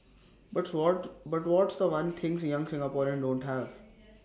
but what but what's The One things young Singaporeans don't have